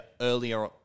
earlier